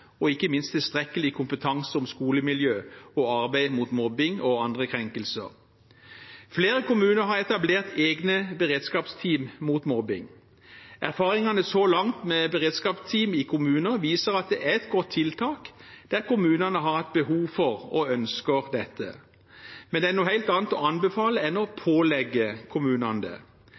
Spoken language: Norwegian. og ikke minst tilstrekkelig kompetanse om skolemiljø og arbeid mot mobbing og andre krenkelser. Flere kommuner har etablert egne beredskapsteam mot mobbing. Erfaringene så langt med beredskapsteam i kommuner viser at det er et godt tiltak der kommunene har et behov for og ønsker det. Men det er noe helt annet å anbefale enn å pålegge kommunene det.